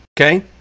Okay